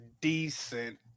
decent